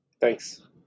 Thanks